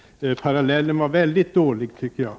Jag tycker att den parallellen var mycket dålig.